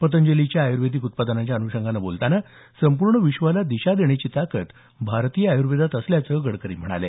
पतंजलीच्या आयुर्वेदिक उत्पादनांच्या अन्षंगानं बोलताना संपूर्ण विश्वाला दिशा देण्याची ताकद भारतीय आयुर्वेदात असल्याचं गडकरी म्हणोल